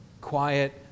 quiet